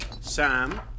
Sam